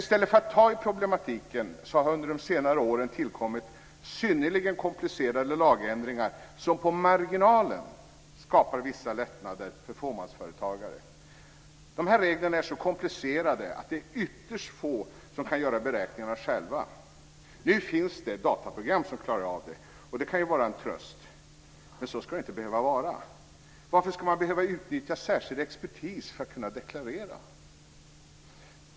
I stället för att ta i problematiken har under senare år synnerligen komplicerade lagändringar tillkommit som på marginalen skapar vissa lättnader för fåmansföretagare. De här reglerna är så komplicerade att det är ytterst få som själva kan göra beräkningarna. Nu finns det dataprogram som klarar av det, och det kan ju vara en tröst men så ska det inte behöva vara. Varför ska man behöva utnyttja särskild expertis för att kunna deklarera?